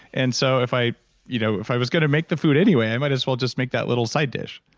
and so if i you know if i was going to make the food anyway, i might as well just make that little side dish